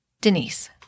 Denise